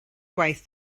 gwaith